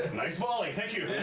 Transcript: nice volley, thank you.